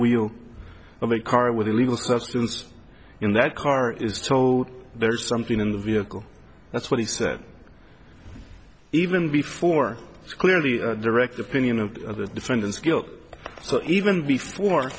wheel of a car with illegal substances in that car is told there's something in the vehicle that's what he said even before it's clearly a direct opinion of the defendant's guilt so even before